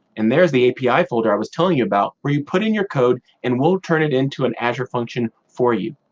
and there's the api folder i was telling you about where you put in your code and turn it into an azure function for you.